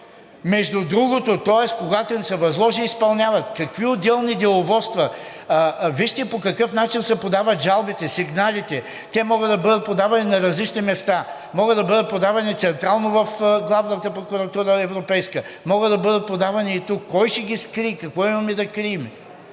Между другото, тоест, когато им се възложи, изпълняват. Какви отделни деловодства? Вижте по какъв начин се подават жалбите, сигналите. Те могат да бъдат подавани на различни места – могат да бъдат подавани централно в главната прокуратура, европейска, могат да бъдат подавани и тук. Кой ще ги скрие, какво имаме да крием?